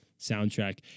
soundtrack